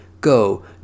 Go